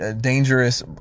dangerous